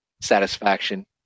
satisfaction